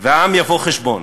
והעם יבוא חשבון.